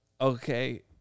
Okay